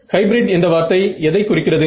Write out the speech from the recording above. hybrid என்ற வார்த்தை எதை குறிக்கிறது